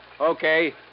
Okay